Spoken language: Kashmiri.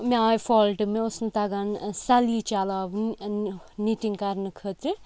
مےٚ آیہِ فالٹ مےٚ اوس نہٕ تَگان سَلیی چَلاوُن نِٹِنٛگ کَرنہٕ خٲطرٕ